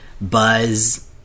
Buzz